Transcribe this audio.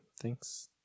Thanks